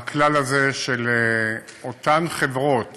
הכלל הזה של אותן חברות